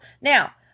now